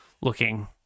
looking